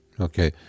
Okay